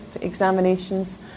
examinations